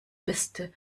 beste